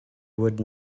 wood